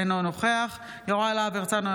אינו נוכח יוראי להב הרצנו,